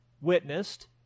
witnessed